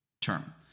term